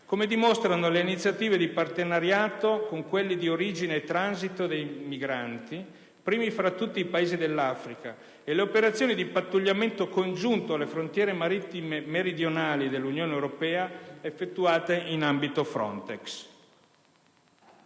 come dimostrano le iniziative di partenariato con i Paesi di origine e transito dei migranti, primi fra tutti i Paesi dell'Africa, e le operazioni di pattugliamento congiunto alle frontiere marittime meridionali dell'Unione europea effettuate in ambito FRONTEX.